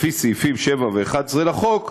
לפי סעיפים 7 ו-11 לחוק,